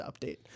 update